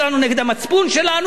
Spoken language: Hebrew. נגד המצפון שלנו?